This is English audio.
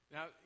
Now